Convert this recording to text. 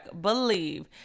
believe